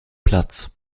platz